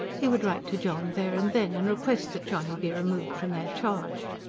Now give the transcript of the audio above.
he would write to john there and then, and request that johnny be removed from their charge.